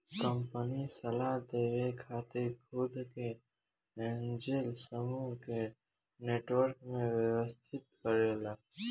company सलाह देवे खातिर खुद के एंजेल समूह के नेटवर्क में व्यवस्थित करेला